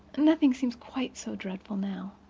nothing seems quite so dreadful now.